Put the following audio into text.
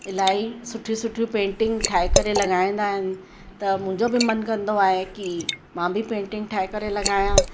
इलाही सुठी सुठियूं पेंटिंग ठाहे करे लॻाईंदा आहिनि त मुंहिंजो बि मन कंदो आहे कि मां बि पेंटिंग ठाहे करे लॻायां